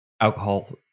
alcohol